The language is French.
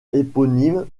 éponyme